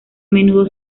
menudo